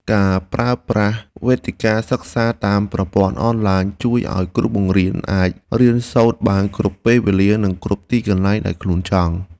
ការប្រើប្រាស់វេទិកាសិក្សាតាមប្រព័ន្ធអនឡាញជួយឱ្យគ្រូបង្រៀនអាចរៀនសូត្របានគ្រប់ពេលវេលានិងគ្រប់ទីកន្លែងដែលខ្លួនចង់។